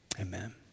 amen